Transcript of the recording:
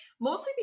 mostly